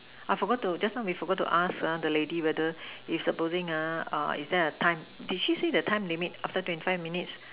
I forgot to just now we forgot to ask uh the lady whether if supposing uh is there a time did she say the time limit after twenty five minutes